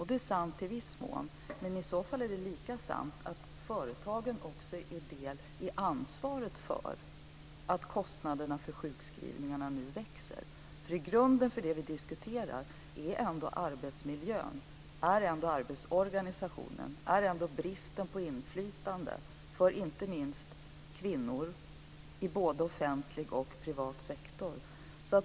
Det är sant i viss mån, men i så fall är det lika sant att företagen också har del i ansvaret för att kostnaderna för sjukskrivningarna nu växer. Grunden för det vi diskuterar är ändå arbetsmiljön, arbetsorganisationen, bristen på inflytande för inte minst kvinnor i både offentlig och privat sektor.